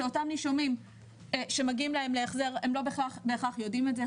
שאותם נישומים שמגיעים להם החזר הם לא בהכרח יודעים את זה,